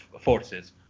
forces